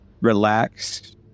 relax